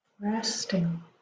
resting